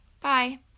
Bye